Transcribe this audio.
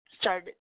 started